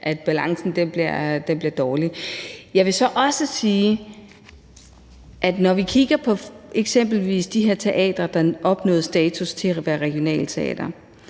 at balancen bliver dårlig. Jeg vil så også sige, når vi eksempelvis kigger på de her teatre, der opnåede status til at være regionale teatre,